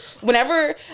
whenever